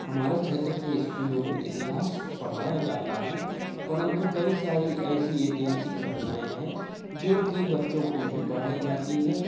हमारे क्षेत्र के स्कूलों में इतिहास पढ़ाया जाता है परंतु कई सारी ऐसी ऐतिहासिक घटनाऍं हैं जो कि बच्चों को नहीं पढ़ाई जाती है